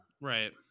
right